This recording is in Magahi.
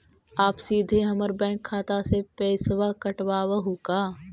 आप सीधे हमर बैंक खाता से पैसवा काटवहु का?